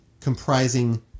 comprising